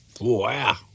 wow